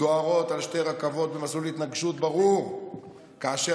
דוהרות על שתי רכבות במסלול התנגשות ברור כאשר